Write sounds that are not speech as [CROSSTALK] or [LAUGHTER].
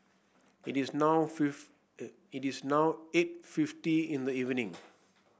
it is now [UNINTELLIGIBLE] it is now eight fifty in the evening